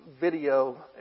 Video